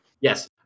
Yes